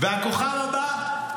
והכוכב הבא,